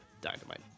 dynamite